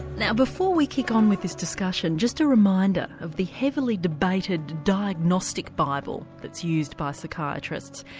now before we kick on with this discussion, just a reminder of the heavily debated diagnostic bible that's used by psychiatrists.